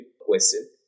question